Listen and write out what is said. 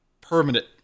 permanent